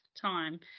time